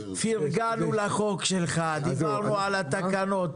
פרגנו לחוק שלך, דיברנו על התקנות.